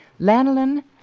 lanolin